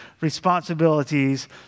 responsibilities